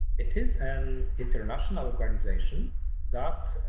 it is an international organization that.